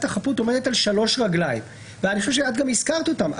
החפות עומדת על שלוש רגליים ואני חושב שאת גם הזכרת אותן.